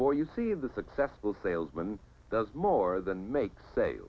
for you see the successful salesman does more than make sa